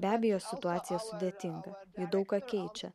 be abejo situacija sudėtinga ji daug ką keičia